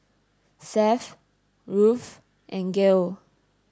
Seth Ruth and Gil